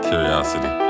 Curiosity